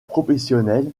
professionnelle